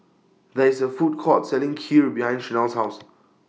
There IS A Food Court Selling Kheer behind Chanelle's House